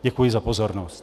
Děkuji za pozornost.